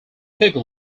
people